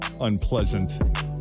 unpleasant